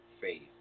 faith